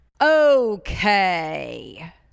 Okay